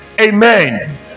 Amen